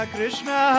Krishna